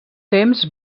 temps